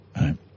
right